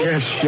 Yes